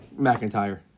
McIntyre